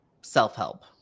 self-help